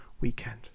weekend